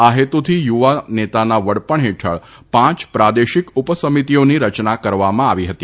આ હેતુથી યુવાનેતાના વડપણ હેઠળ પાંચ પ્રાદેશિક ઉપસમિતિઓની રચના કરવામાં આવી છે